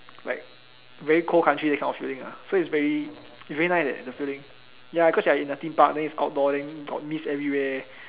like very cold country that kind of feeling ah so it's very it's very nice eh the feeling ya cause you're in a theme park then it's outdoor then got mist everywhere